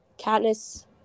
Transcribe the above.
Katniss